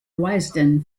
wisden